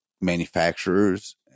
manufacturers